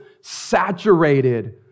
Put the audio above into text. saturated